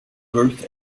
birth